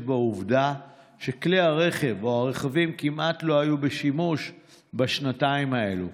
בעובדה שהרכבים כמעט לא היו בשימוש בשנתיים אלו?